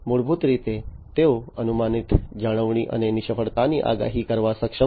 મૂળભૂત રીતે તેઓ અનુમાનિત જાળવણી અને નિષ્ફળતાની આગાહી કરવા સક્ષમ છે